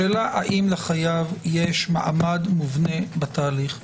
השאלה היא האם לחייב יש מעמד מובנה בתהליך,